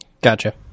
gotcha